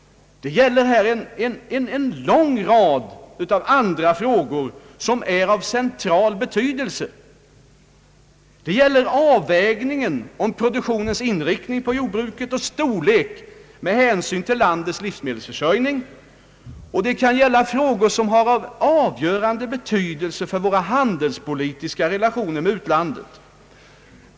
Det finns också en lång rad andra frågor som är av central betydelse. Dessa frågor kan gälla avvägningen beträffande produktionens inriktning inom jordbruket och dess storlek med hänsyn till landets livsmedelsförsörjning; de kan gälla sådant som har en avgörande betydelse för våra handelspolitiska relationer med utlandet.